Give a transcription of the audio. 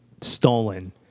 stolen